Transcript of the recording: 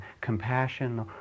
compassion